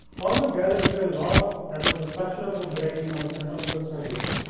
although galen knew a lot about the structure of the brain from his anatomical studies,